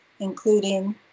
including